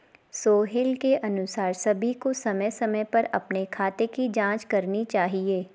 सोहेल के अनुसार सभी को समय समय पर अपने खाते की जांच करनी चाहिए